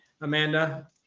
Amanda